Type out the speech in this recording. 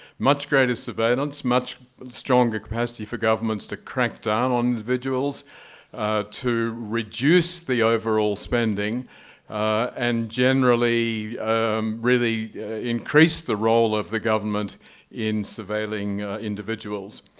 much greater surveillance, much stronger capacity for governments to crack down on individuals to reduce the overall spending and generally really increase the role of the government in surveilling individuals.